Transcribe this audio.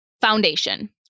foundation